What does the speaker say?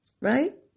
right